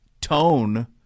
tone